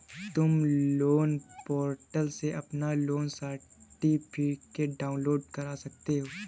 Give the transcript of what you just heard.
तुम loan portal से अपना लोन सर्टिफिकेट डाउनलोड कर सकते हो